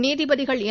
நீதிபதிகள் என்